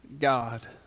God